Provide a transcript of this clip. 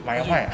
by right